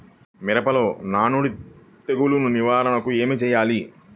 మిరపలో నానుడి తెగులు నివారణకు ఏమి చేయాలి?